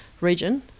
region